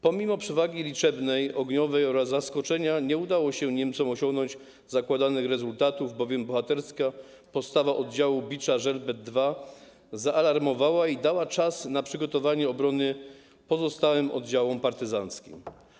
Pomimo przewagi liczebnej, ogniowej oraz zaskoczenia nie udało się Niemcom osiągnąć zakładanych rezultatów, bowiem bohaterska postawa oddziału Bicza Żelbet II zaalarmowała i dała czas na przygotowanie obrony pozostałym oddziałom partyzanckim.